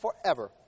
Forever